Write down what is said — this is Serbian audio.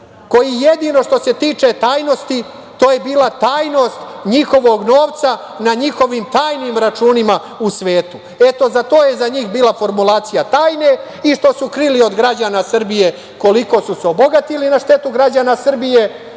koji jedino što se tiče tajnosti, to je bila tajnost njihovog novca na njihovim tajnim računima u svetu. Eto, to je za njih bila formulacija tajne, i što su krili od građana Srbije koliko su se obogatili na štetu građana Srbije.